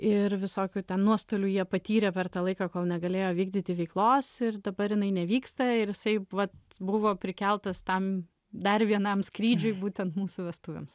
ir visokių ten nuostolių jie patyrė per tą laiką kol negalėjo vykdyti veiklos ir dabar jinai nevyksta ir jisai vat buvo prikeltas tam dar vienam skrydžiui būtent mūsų vestuvėms